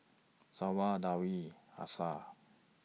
Shoaib Dewi Hafsa